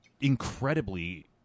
incredibly